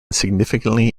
significantly